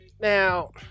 Now